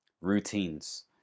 routines